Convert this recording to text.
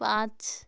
পাঁচ